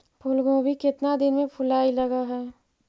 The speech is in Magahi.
फुलगोभी केतना दिन में फुलाइ लग है?